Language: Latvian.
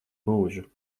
mūžu